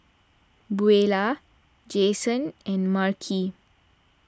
Buelah Jasen and Marcie